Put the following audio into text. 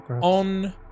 on